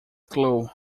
clue